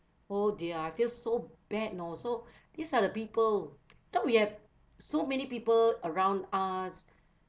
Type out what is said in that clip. oh dear I feel so bad you know so these are the people so we have so many people around us